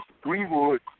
Greenwood